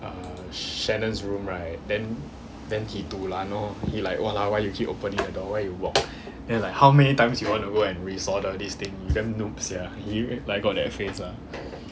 shannon's room right then then he dulan orh he like !walao! why you keep opening the door why you walk then like how many times you want to go and re-solder this thing you damn noob sia he like got that face lah